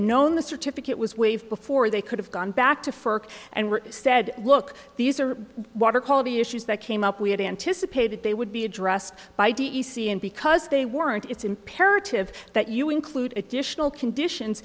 known the certificate was waived before they could have gone back to for and said look these are water quality issues that came up we had anticipated they would be addressed by d e c and because they weren't it's imperative that you include additional conditions